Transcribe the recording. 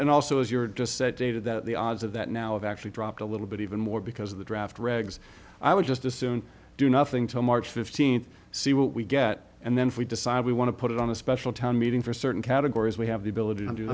and also as you were just said david that the odds of that now of actually dropped a little bit even more because of the draft regs i would just assume do nothing till march fifteenth see what we get and then if we decide we want to put it on a special town meeting for certain categories we have the ability to do